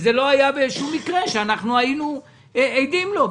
וזה לא היה בשום מקרה שאנחנו היינו עדים לו.